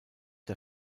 der